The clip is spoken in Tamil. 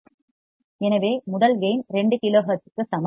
எனவே முதலில் கேயின் 2 க்கு சமம்